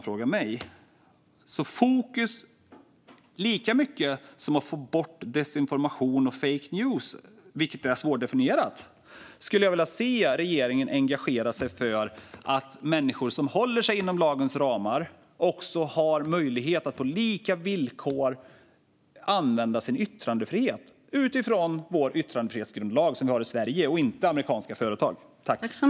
Fokus ligger mycket på att få bort desinformation och fake news, vilket är svårdefinierat. Jag skulle vilja att regeringen engagerar sig lika mycket för att människor som håller sig inom lagens ramar ska ha möjlighet att på lika villkor använda sin yttrandefrihet utifrån den yttrandefrihetsgrundlag vi har i Sverige och inte utifrån vad amerikanska företag gör.